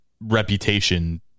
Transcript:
reputation